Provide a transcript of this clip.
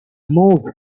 move